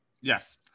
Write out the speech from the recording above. Yes